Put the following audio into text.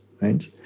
right